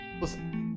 Listen